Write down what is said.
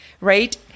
Right